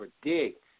predict